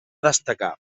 destacar